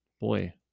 Boy